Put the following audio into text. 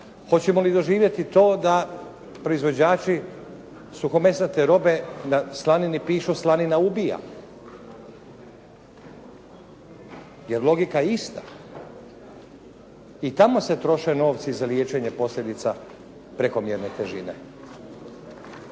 hoćemo li doživjeti to da proizvođači suhomesnate robe na slanini pišu "slanina ubija"? Jer logika je ista. I tamo se troše novci za liječenje posljedica prekomjerne težine.